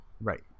right